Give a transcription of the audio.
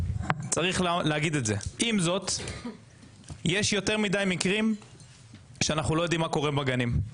אבל יש יותר מידי מקרים שאנחנו לא יודעים מה קורה בגנים.